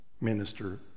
minister